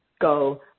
go